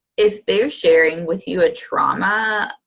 if they're sharing with you a trauma,